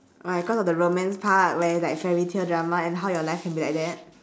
why cause of the romance part where like fairytale drama and how your life can be like that